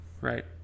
right